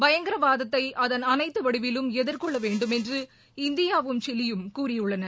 பயங்கரவாதத்தை அதன் அனைத்து வடிவிலும் எதிர்கொள்ள வேண்டுமென்று இந்தியாவும் சிலியும் கூறியுள்ளன